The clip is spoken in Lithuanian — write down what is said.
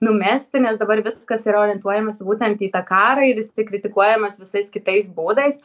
numesti nes dabar viskas yra orientuojamasi būtent į tą karą ir jis tik kritikuojamas visais kitais būdais